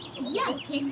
Yes